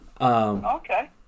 Okay